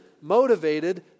motivated